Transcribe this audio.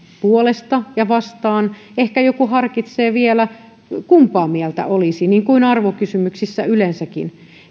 puolesta ja vastaan ehkä joku harkitsee vielä kumpaa mieltä olisi niin kuin arvokysymyksissä yleensäkin